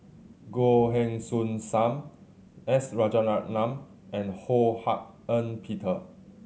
Goh Heng Soon Sam S Rajaratnam and Ho Hak Ean Peter